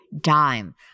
dime